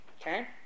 okay